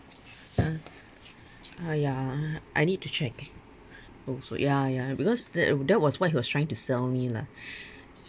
uh !aiya! I need to check als~ ya ya because that uh that was what he was trying to sell me lah